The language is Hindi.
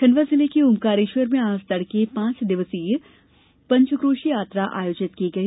खंडवा जिले के ओंकारेश्वर में आज तड़के पांच दिवसीय पंचकोशी यात्रा आयोजित की गई